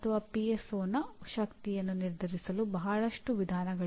ಅಂತೆಯೇ ಆರ್ಥಿಕ ಅಂಶಗಳು